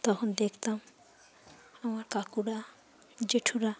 তখন দেখতাম আমার কাকুরা জেঠুরা